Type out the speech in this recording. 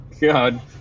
God